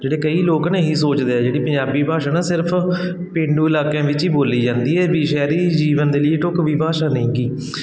ਜਿਹੜੇ ਕਈ ਲੋਕ ਨੇ ਇਹੀ ਸੋਚਦੇ ਆ ਜਿਹੜੀ ਪੰਜਾਬੀ ਭਾਸ਼ਾ ਨਾ ਸਿਰਫ ਪੇਂਡੂ ਇਲਾਕਿਆਂ ਵਿੱਚ ਹੀ ਬੋਲੀ ਜਾਂਦੀ ਹੈ ਵੀ ਸ਼ਹਿਰੀ ਜੀਵਨ ਦੇ ਲਈ ਢੁਕਵੀਂ ਭਾਸ਼ਾ ਨਹੀਂ ਗੀ